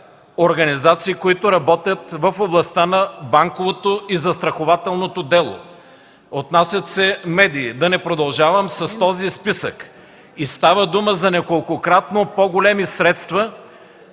организации, които работят в областта на банковото и застрахователното дело, отнасят се медии – да не продължавам с този списък, и става дума за неколкократно по-големи средства,